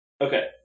Okay